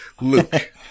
Luke